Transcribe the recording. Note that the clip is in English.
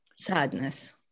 sadness